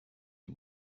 les